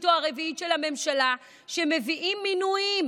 או הרביעית של הממשלה שמביאים מינויים